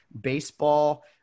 baseball